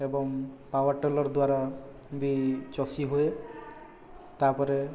ଏବଂ ପାୱାରଟେଲର ଦ୍ଵାରା ବି ଚଷି ହୁଏ ତାପରେ